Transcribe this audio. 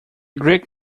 greek